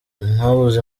mwabuze